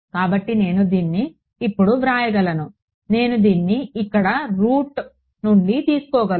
కాబట్టి నేను దీన్ని ఇప్పుడు వ్రాయగలను నేను దీన్ని ఇక్కడ నుండి తీసుకోగలను